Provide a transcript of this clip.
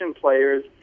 players